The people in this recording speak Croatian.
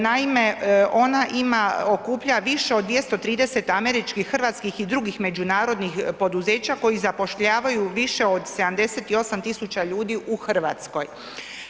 Naime, ona ima, okuplja više od 230 američkih, hrvatskih i drugih međunarodnih poduzeća koji zapošljavaju više od 78 tisuća ljudi u Hrvatskoj.